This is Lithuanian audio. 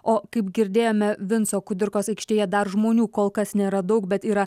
o kaip girdėjome vinco kudirkos aikštėje dar žmonių kol kas nėra daug bet yra